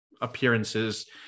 appearances